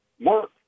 work